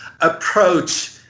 approach